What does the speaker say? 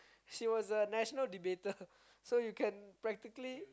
she was a national debater so you can practically